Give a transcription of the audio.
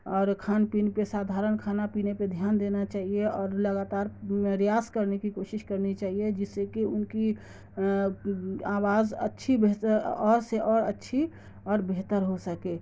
اور کھان پان پہ سادھارن کھانا پینے پہ دھیان دینا چاہیے اور لگاتار ریاض کرنے کی کوشش کرنی چاہیے جس سے کہ ان کی آواز اچھی اور سے اور اچھی اور بہتر ہو سکے